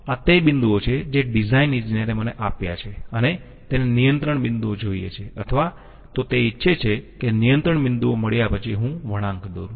આ તે બિંદુઓ છે જે ડિઝાઈન ઈજનેરે મને આપ્યા છે અને તેને નિયંત્રણ બિંદુઓ જોઈએ છે અથવા તો તે ઈચ્છે છે કે નિયંત્રણ બિંદુઓ મળ્યા પછી હું વળાંક દોરું